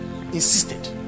insisted